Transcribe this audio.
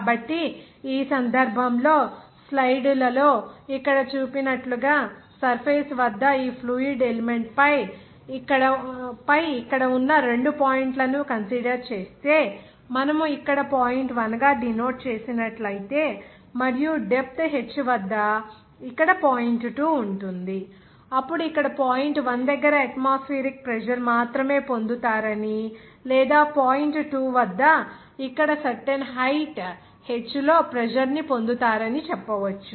కాబట్టి ఈ సందర్భంలో స్లైడ్లలో ఇక్కడ చూపినట్లుగా సర్ఫేస్ వద్ద ఈ ఫ్లూయిడ్ ఎలిమెంట్ పై ఇక్కడ ఉన్న రెండు పాయింట్ల ను కన్సిడర్ చేస్తే మనము ఇక్కడ పాయింట్ 1 గా డినోట్ చేసినట్లైతే మరియు డెప్త్ h వద్ద ఇక్కడ పాయింట్ 2 ఉంది అప్పుడు ఇక్కడ పాయింట్ 1 దగ్గర అట్మాస్ఫియరిక్ ప్రెజర్ మాత్రమే పొందుతారని లేదా పాయింట్ 2 వద్ద ఇక్కడ సర్టెన్ హైట్ h లో ప్రెజర్ ను పొందుతారని చెప్పవచ్చు